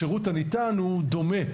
השירות הניתן הוא דומה,